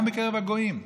גם בקרב הגויים,